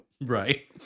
Right